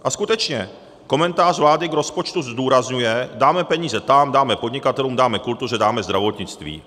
A skutečně, komentář vlády k rozpočtu zdůrazňuje dáme peníze tam, dáme podnikatelům, dáme kultuře, dáme zdravotnictví.